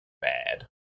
Bad